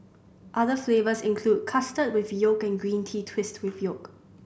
other flavours include custard with yolk and green tea twist with yolk